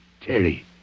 Terry